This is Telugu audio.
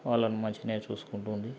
వాళ్ళని మంచిగానే చూసుకుంటుంది